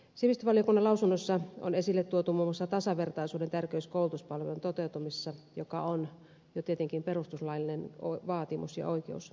sivistysvaliokunnan lausunnossa on esille tuotu muun muassa tasavertaisuuden tärkeys koulutuspalvelujen toteutumisessa joka on jo tietenkin perustuslaillinen vaatimus ja oikeus